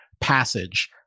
passage